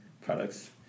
products